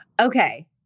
Okay